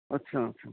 ਅੱਛਾ ਅੱਛਾ